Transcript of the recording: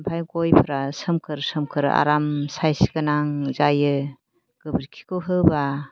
ओमफ्राय गयफ्रा सोमखोर सोमखोर आराम साइस गोनां जायो गोबोरखिखौ होबा